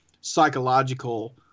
psychological